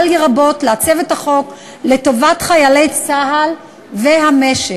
לי רבות בעיצוב החוק לטובת חיילי צה"ל והמשק.